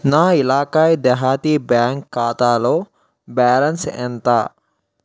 నా ఇలాకాయి దెహాతీ బ్యాంక్ ఖాతాలో బ్యాలెన్స్ ఎంత